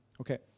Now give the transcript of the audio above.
Okay